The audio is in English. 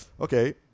okay